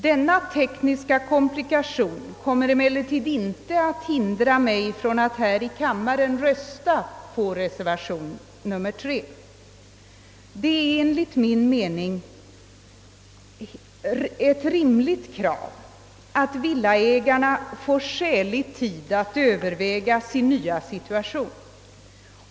Denna tekniska komplikation kommer emellertid inte att hindra mig från att här i kammaren rösta på reservation nr III Det är enligt min mening ett rimligt krav att villaägarna får skälig tid att överväga sin nya situation.